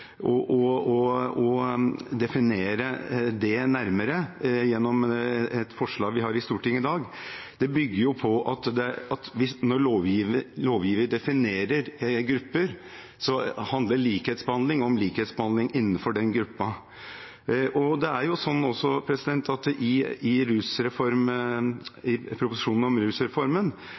og definere det nærmere gjennom et forslag vi har i Stortinget i dag, bygger på at når lovgiver definerer grupper, handler likhetsbehandling om likhetsbehandling innenfor den gruppen. I proposisjonen om rusreformen viser man på side 40 forskjellige terskelverdier, altså påtaleunnlatelser for dem som er